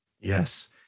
Yes